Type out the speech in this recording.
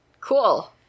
Cool